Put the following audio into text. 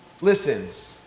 listens